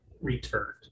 returned